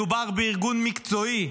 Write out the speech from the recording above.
מדובר בארגון מקצועי,